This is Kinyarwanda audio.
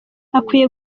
akwiye